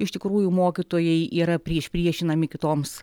iš tikrųjų mokytojai yra priešpriešinami kitoms